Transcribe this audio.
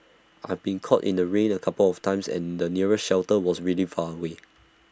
I've been caught in the rain A couple of times and the nearest shelter was really far away